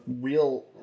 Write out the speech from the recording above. real